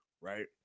right